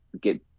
get